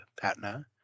Patna